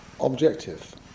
objective